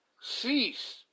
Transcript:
cease